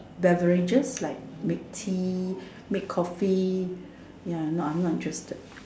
beverages like make tea make Coffee ya no I'm not interested